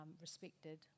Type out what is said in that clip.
respected